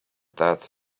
that